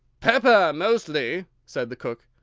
pepper, mostly, said the cook.